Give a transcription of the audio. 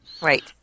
Right